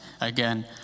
again